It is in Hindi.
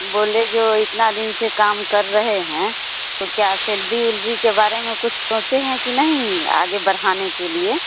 बोले जो इतना दिन से काम कर रहे हैं तो क्या सैलरी उलरी के बारे में कुछ सोचे हैं कि नहीं आगे बढ़ाने के लिए